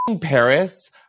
Paris